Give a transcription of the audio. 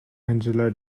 angela